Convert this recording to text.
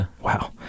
wow